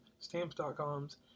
Stamps.com's